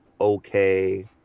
okay